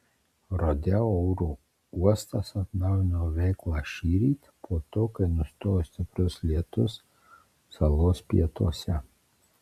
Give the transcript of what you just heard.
rodeo oro uostas atnaujino veiklą šįryt po to kai nustojo stiprus lietus salos pietuose